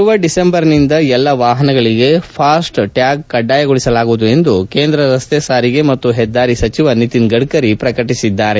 ಬರುವ ಡಿಸೆಂಬರ್ನಿಂದ ಎಲ್ಲ ವಾಹನಗಳಿಗೆ ಫಾಸ್ಟ್ ಟ್ಯಾಗ್ ಕಡ್ಡಾಯಗೊಳಿಸಲಾಗುವುದು ಎಂದು ಕೇಂದ್ರ ರಸ್ತೆ ಸಾರಿಗೆ ಮತ್ತು ಹೆದ್ದಾರಿ ಸಚಿವ ನಿತಿನ್ ಗಡ್ಗರಿ ಪ್ರಕಟಿಸಿದ್ದಾರೆ